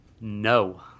no